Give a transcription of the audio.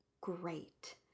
great